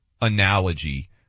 analogy